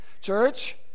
Church